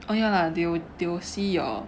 oh ya lah they will they will see your